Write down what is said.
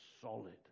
solid